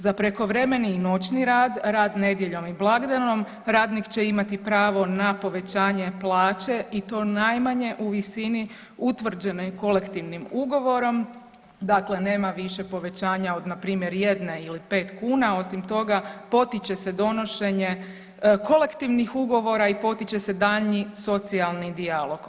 Za prekovremeni i noćni rad, rad nedjeljom i blagdanom, radnik će imati pravo na povećanje plaće i to najmanje u visini utvrđenoj kolektivnim ugovorom, dakle nema više povećanja od npr. jedne ili pet kuna, osim toga potiče se donošenje kolektivnih ugovora i potiče se daljnji socijalni dijalog.